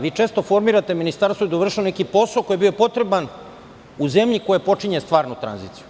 Vi često formirate ministarstvo da bi dovršilo neki posao koji je bio potreban u zemlji koja počinje stvarnu tranziciju.